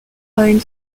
pine